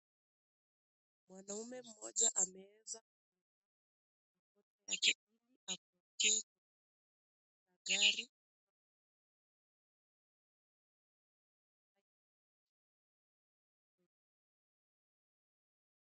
Mwanaume mmoja ambae